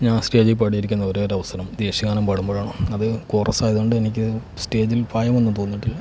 ഞാൻ സ്റ്റേജിൽ പാടിയിരിക്കുന്ന ഒരേയൊരു അവസരം ദേശീയ ഗാനം പാടുമ്പോഴാണ് അത് കോറസ്സ് ആയതുകൊണ്ട് എനിക്ക് സ്റ്റേജിൽ ഭയമൊന്നും തോന്നിയിട്ടില്ല